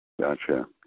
Gotcha